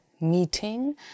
meeting